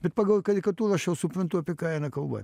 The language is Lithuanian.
bet pagal karikatūrų aš jau suprantu apie ką eina kalba